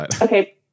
Okay